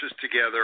together